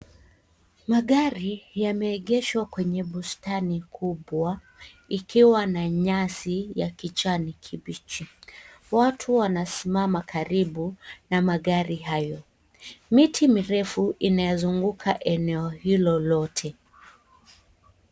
Magari yameegeshwa kwenye bustani kubwa ikiwa na nyasi ya kijani kibichi watu wanasimama karibu na magari hayo. Miti mirefu inayozunguka eneo hilo lote.